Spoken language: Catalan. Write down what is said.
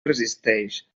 resisteix